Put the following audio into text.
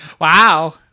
Wow